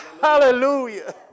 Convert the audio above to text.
Hallelujah